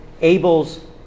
Abel's